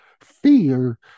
Fear